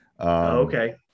Okay